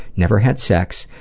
never had sex,